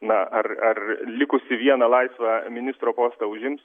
na ar ar likusį vieną laisvą ministro postą užims